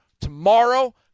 tomorrow